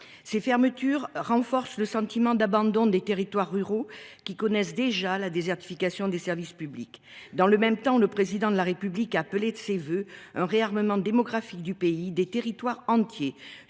Ces fermetures renforcent le sentiment d’abandon des territoires ruraux, qui subissent déjà la désertification des services publics. Alors même que le Président de la République a appelé de ses vœux un « réarmement démographique » du pays, des territoires entiers